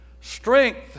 Strength